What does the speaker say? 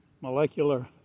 Molecular